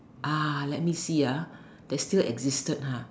uh let me see ah that still existed ha